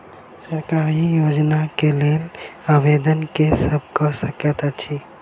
सरकारी योजना केँ लेल आवेदन केँ सब कऽ सकैत अछि?